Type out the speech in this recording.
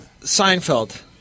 Seinfeld